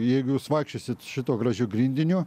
jeigu jūs vaikščiosit šituo gražiu grindiniu